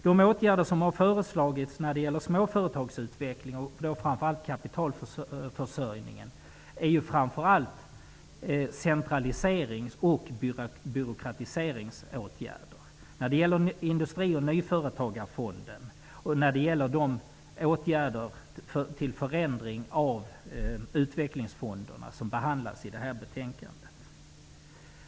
De åtgärder som har föreslagits när det gäller småföretagsutveckling och framför allt kapitalförsörjning är i första hand centraliseringsoch byråkratiseringsåtgärder. Det gäller förslaget om Industri och nyföretagarfonden och de förändringar i utvecklingsfonderna som behandlas i detta betänkande.